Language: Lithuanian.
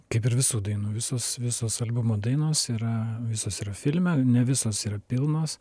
kaip ir visų dainų visos visos albumo dainos yra visos filme ne visos yra pilnos